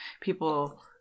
People